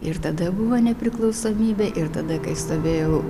ir tada buvo nepriklausomybė ir tada kai stovėjau